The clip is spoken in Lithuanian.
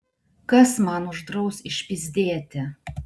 kas man uždraus išpyzdėti